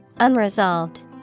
Unresolved